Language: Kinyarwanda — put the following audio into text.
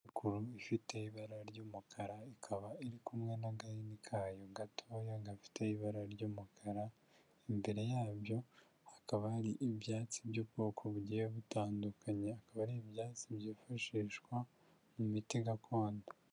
Inyubako ifite ibara ry'umukara, ikaba iri kumwe n'agahini kayo gatoya gafite ibara ry'umukara, imbere yabyo hakaba hari ibyatsi by'ubwoko bugiye butandukanye, hakaba hari ibyatsi byifashishwa mu miti gakondo.